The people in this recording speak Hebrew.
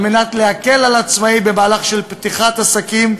כדי להקל על עצמאי במהלך של פתיחת עסקים,